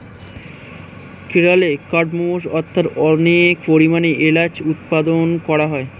কেরলে কার্ডমমস্ অর্থাৎ অনেক পরিমাণে এলাচ উৎপাদন করা হয়